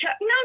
no